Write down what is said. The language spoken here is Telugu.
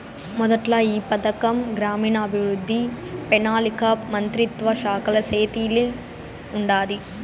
మొదట్ల ఈ పథకం గ్రామీణాభవృద్ధి, పెనాలికా మంత్రిత్వ శాఖల సేతిల ఉండాది